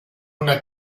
una